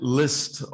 list